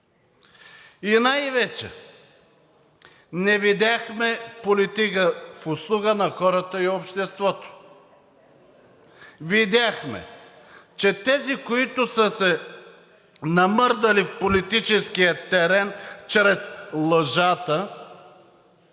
И най-вече не видяхме политика в услуга на хората и обществото. Видяхме, че тези, които са се намърдали в политическия терен чрез лъжата,